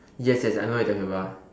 yes yes I know what you talking about